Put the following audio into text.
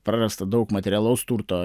prarasta daug materialaus turto